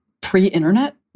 pre-internet